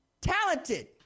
talented